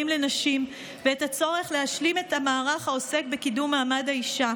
לנשים ואת הצורך להשלים את המערך העוסק בקידום מעמד האישה,